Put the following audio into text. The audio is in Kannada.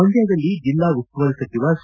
ಮಂಡ್ಕದಲ್ಲಿ ಜಿಲ್ಲಾ ಉಸ್ತುವಾರಿ ಸಚಿವ ಸಿ